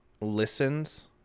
listens